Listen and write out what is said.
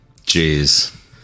Jeez